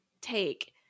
take